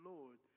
Lord